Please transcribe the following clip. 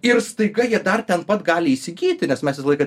ir staiga jie dar ten pat gali įsigyti nes mes visą laiką